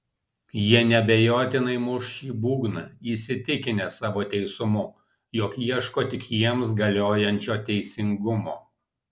jie neabejotinai muš šį būgną įsitikinę savo teisumu jog ieško tik jiems galiojančio teisingumo